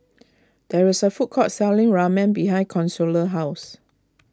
there is a food court selling Ramen behind Consuela's house